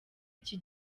iki